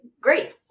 great